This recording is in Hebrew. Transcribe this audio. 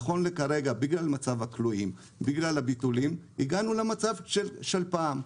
נכון לכרגע בגלל מצב הכלואים בגלל הביטולים הגענו למצב של פעם.